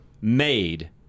made